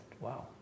Wow